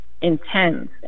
intense